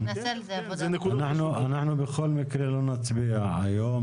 אנחנו בכל מקרה לא נצביע היום.